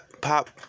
pop